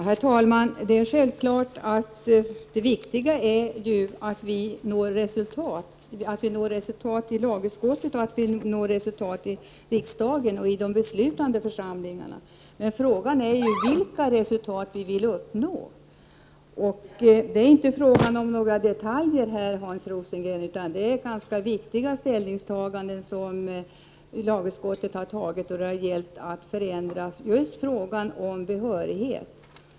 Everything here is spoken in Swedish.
Herr talman! Det är självklart att det viktigaste är att nå resultat i lagutskottet, i kammaren och i övriga beslutande församlingar. Men frågan är ju vilka resultat vi vill uppnå. Här gäller det inte några detaljer, Hans Rosengren, utan det gäller viktiga ställningstaganden som lagutskottet har gjort i fråga om ändring av reglerna för behörighet.